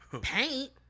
paint